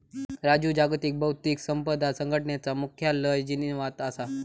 राजू जागतिक बौध्दिक संपदा संघटनेचा मुख्यालय जिनीवात असा